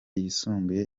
yisumbuye